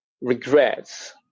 regrets